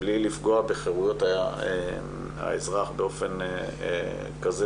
בלי לפגוע בחירויות האזרח באופן כזה